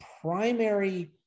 primary